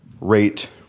rate